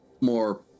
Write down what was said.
more